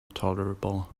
tolerable